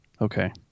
Okay